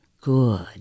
Good